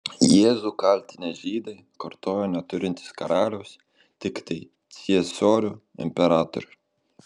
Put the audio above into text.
jėzų kaltinę žydai kartojo neturintys karaliaus tiktai ciesorių imperatorių